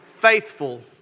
faithful